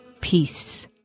peace